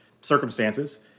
circumstances